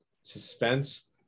suspense